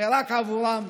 ורק עבורם,